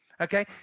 Okay